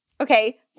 okay